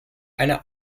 eine